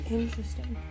Interesting